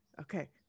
Okay